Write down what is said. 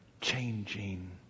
changing